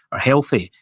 or healthy,